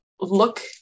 look